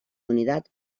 unidad